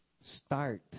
start